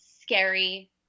scary